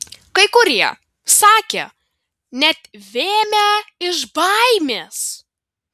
kai kurie sakė net vėmę iš baimės